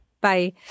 Bye